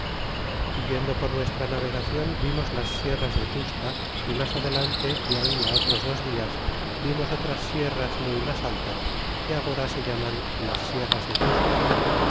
yendo por nuestra navegacion vimos las sierras de tuste y mas adelante de ahí otros dos días vimos otras sierras muy mas altas que agora se llaman las sierras de tuspa